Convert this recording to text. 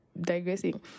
digressing